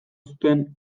zuten